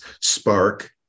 spark